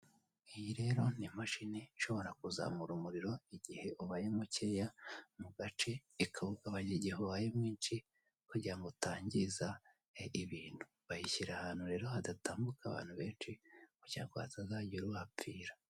Iyi rero ni imashini ishobora kuzamura umuriro igihe ubaye mukeya mu gace, ikawugabanya igihe ubaye mwinshi, kugira ngo utangiza ibintu. Bayishyira ahantu rero hadatambuka abantu benshi, kugira ngo hatazagira uhapfira.